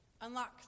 unlock